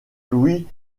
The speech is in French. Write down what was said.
louis